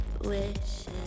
wishes